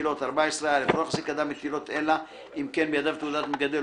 החזקת מטילות (א)לא יחזיק אדם מטילות אלא אם כן בידיו תעודת מגדל,